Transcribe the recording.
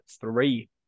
three